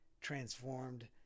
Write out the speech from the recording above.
transformed